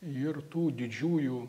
ir tų didžiųjų